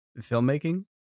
filmmaking